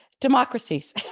democracies